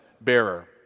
bearer